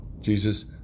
Jesus